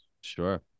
Sure